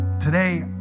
today